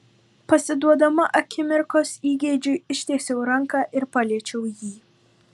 pasiduodama akimirkos įgeidžiui ištiesiau ranką ir paliečiau jį